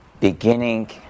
beginning